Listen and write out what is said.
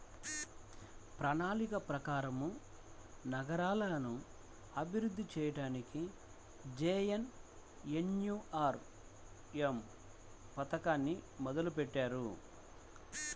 ప్రణాళిక ప్రకారం నగరాలను అభివృద్ధి చెయ్యడానికి జేఎన్ఎన్యూఆర్ఎమ్ పథకాన్ని మొదలుబెట్టారు